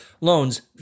loans